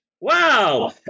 Wow